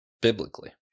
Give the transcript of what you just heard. biblically